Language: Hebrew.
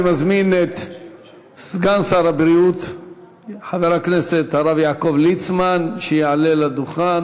אני מזמין את סגן שר הבריאות חבר הכנסת הרב יעקב ליצמן לעלות לדוכן.